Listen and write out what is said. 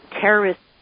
terrorists